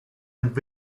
and